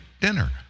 dinner